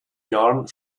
jahren